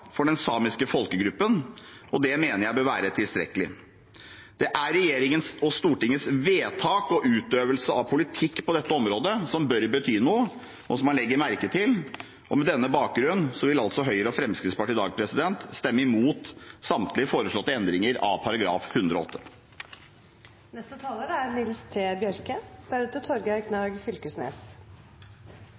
for den samiske folkegruppen, og det mener jeg bør være tilstrekkelig. Det er regjeringens og Stortingets vedtak og utøvelse av politikk på dette området som bør betyr noe, og som man legger merke til, og på denne bakgrunnen vil Høyre og Fremskrittspartiet i dag stemme imot samtlige foreslåtte endringer av § 108. Eg kan i det store og